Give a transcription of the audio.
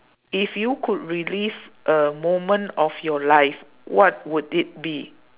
if you could relive a moment of your life what would it be